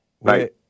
right